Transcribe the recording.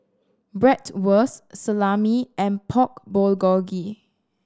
Bratwurst Salami and Pork Bulgogi